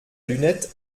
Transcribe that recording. lunette